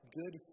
good